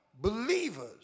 believers